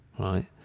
right